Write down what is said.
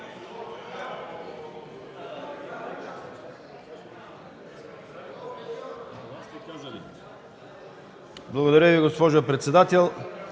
Благодаря Ви, госпожо председател.